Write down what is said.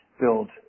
build